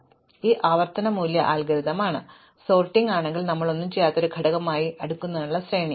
അതിനാൽ ഇത് ആവർത്തന മൂല്യ അൽഗോരിതം ആണ് സോർട്ടിംഗ് ആണെങ്കിൽ നമ്മൾ ഒന്നും ചെയ്യാത്ത ഒരു ഘടകമായി മാത്രം അടുക്കുന്നതിനുള്ള ശ്രേണി